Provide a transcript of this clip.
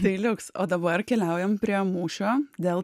tai liuks o dabar keliaujam prie mūšio dėl